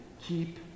keep